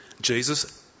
Jesus